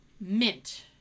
mint